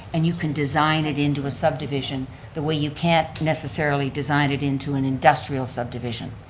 and you can design it into a subdivision the way you can't necessarily designed it into an industrial subdivision.